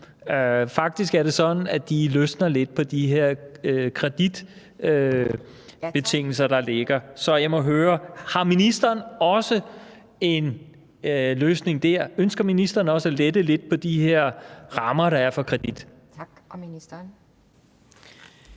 faktisk er det sådan, at de løsner lidt på de her kreditbetingelser, der ligger. Så jeg vil høre, om ministeren også har en løsning dér – om ministeren også ønsker at lette lidt på de her rammer, der er for kredit. Kl. 18:04 Anden